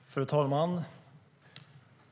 Fru talman!